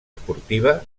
esportiva